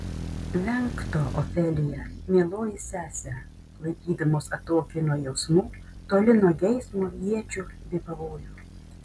venk to ofelija mieloji sese laikydamos atokiai nuo jausmų toli nuo geismo iečių bei pavojų